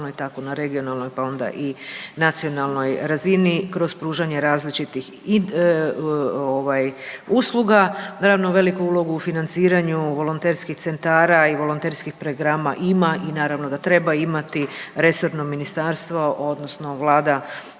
tako na regionalnoj pa onda i nacionalnoj razini kroz pružanje različitih i ovaj usluga. Naravno veliku ulogu u financiranju volonterskih centara i volonterskih programa ima i naravno da treba imati resorno ministarstvo odnosno Vlada